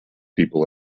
people